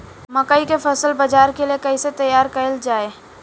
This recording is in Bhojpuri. मकई के फसल बाजार के लिए कइसे तैयार कईले जाए?